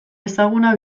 ezaguna